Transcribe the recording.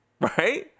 right